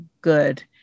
good